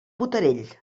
botarell